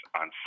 on